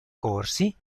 corsi